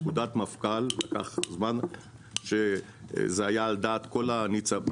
פקודת מפכ"ל זה היה על דעת כל הניצבים,